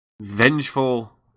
vengeful